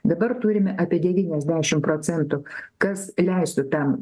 dabar turime apie devyniasdešimt procentų kas leistų ten